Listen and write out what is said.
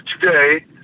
today